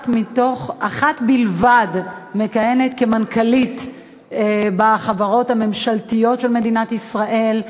אחת בלבד מכהנת כמנכ"לית בחברות הממשלתיות של מדינת ישראל.